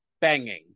banging